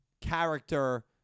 character